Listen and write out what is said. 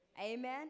Amen